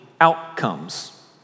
outcomes